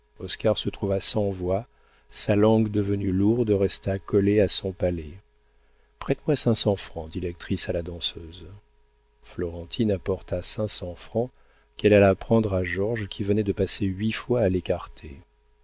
se trouva sans voix sa langue devenue lourde resta collée à son palais prête-moi cinq cents francs dit l'actrice à la danseuse florentine apporta cinq cents francs qu'elle alla prendre à georges qui venait de passer huit fois à l'écarté